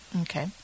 Okay